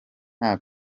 nta